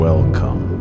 Welcome